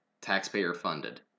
taxpayer-funded